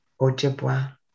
Ojibwa